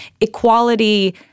equality